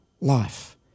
life